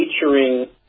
featuring